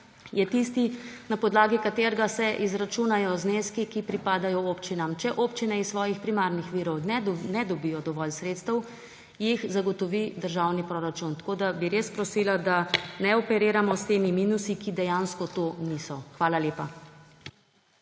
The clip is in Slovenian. je tisti, na podlagi katerega se izračunajo zneski, ki pripadajo občinam. Če občine iz svojih primarnih virov ne dobijo dovolj sredstev, jih zagotovi državni proračun. Tako da bi res prosila, da ne operiramo s temi minusi, ki dejansko to niso. Hvala lepa.